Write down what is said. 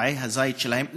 מטעי הזית שלהם?